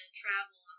travel